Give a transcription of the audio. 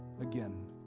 again